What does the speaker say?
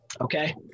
Okay